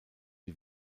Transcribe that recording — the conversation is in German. die